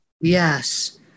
Yes